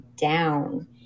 down